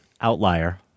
outlier